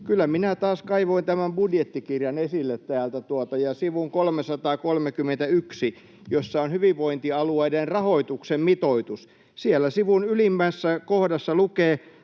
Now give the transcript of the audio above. kyllä minä taas kaivoin täältä esille tämän budjettikirjan ja sivun 331, jossa on hyvinvointialueiden rahoituksen mitoitus. Siellä sivun ylimmäisessä kohdassa lukee: